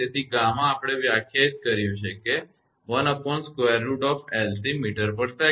તેથી 𝛾 ગામા આપણે વ્યાખ્યાયિત કર્યું છે કે 1√𝐿𝐶 mtsec મીટરસેકંડ